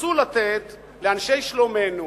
שרצו לתת לאנשי שלומנו,